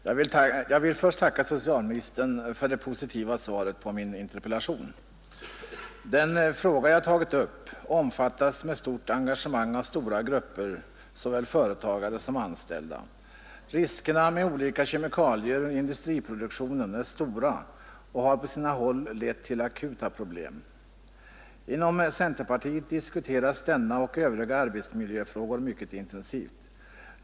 Herr talman! Jag vill tacka socialministern för det positiva svaret på min interpellation. Den fråga jag tagit upp omfattas med stort engagemang av stora grupper såväl företagare som anställda. Riskerna med olika kemikalier i industriproduktionen är stora och har på sina håll lett till akuta problem. Inom centerpartiet diskuteras denna och övriga arbetsmiljöfrågor mycket intensivt.